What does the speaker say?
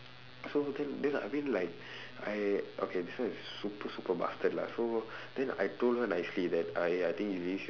so then then I mean like I okay this one is super super bastard lah so then I told her nicely that I I think you really should